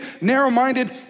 narrow-minded